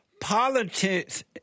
Politics